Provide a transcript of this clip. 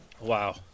Wow